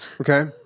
okay